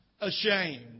ashamed